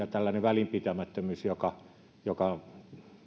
ja tällainen välinpitämättömyys joka joka